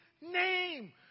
name